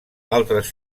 altres